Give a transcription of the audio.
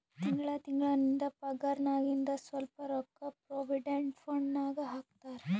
ತಿಂಗಳಾ ತಿಂಗಳಾ ನಿಂದ್ ಪಗಾರ್ನಾಗಿಂದ್ ಸ್ವಲ್ಪ ರೊಕ್ಕಾ ಪ್ರೊವಿಡೆಂಟ್ ಫಂಡ್ ನಾಗ್ ಹಾಕ್ತಾರ್